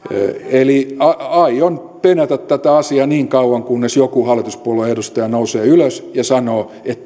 eli aion penätä tätä asiaa niin kauan kunnes joku hallituspuolueen edustaja nousee ylös ja sanoo että